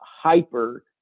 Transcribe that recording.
hyper